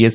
S